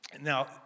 Now